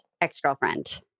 ex-girlfriend